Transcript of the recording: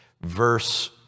verse